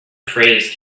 phrase